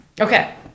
okay